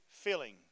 filling